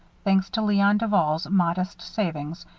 thanks to leon duval's modest savings,